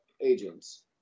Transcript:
agents